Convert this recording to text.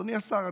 אדוני השר,